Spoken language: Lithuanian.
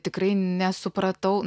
tikrai nesupratau